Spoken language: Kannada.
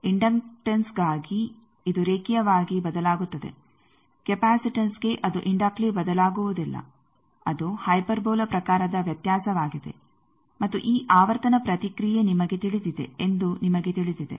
ಆದ್ದರಿಂದ ಇಂಡಕ್ಟನ್ಸ್ ಗಾಗಿ ಇದು ರೇಖೀಯವಾಗಿ ಬದಲಾಗುತ್ತದೆ ಕೆಪಾಸಿಟನ್ಸ್ಗೆ ಅದು ಇಂಡಕ್ಟ್ಲಿ ಬದಲಾಗುವುದಿಲ್ಲ ಅದು ಹೈಪರ್ಬೋಲಾ ಪ್ರಕಾರದ ವ್ಯತ್ಯಾಸವಾಗಿದೆ ಮತ್ತು ಈ ಆವರ್ತನ ಪ್ರತಿಕ್ರಿಯೆ ನಿಮಗೆ ತಿಳಿದಿದೆ ಎಂದು ನಿಮಗೆ ತಿಳಿದಿದೆ